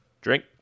Drink